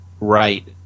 right –